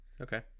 Okay